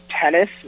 tennis